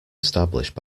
established